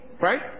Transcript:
Right